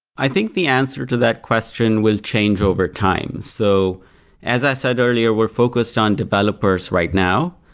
i think the answer to that question will change over time. so as i said earlier, we're focused on developers right now.